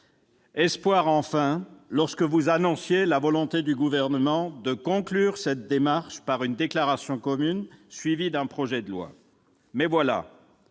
Espoir enfin, lorsque vous annonciez la volonté du Gouvernement de conclure cette démarche par une déclaration commune suivie d'un projet de loi. Mais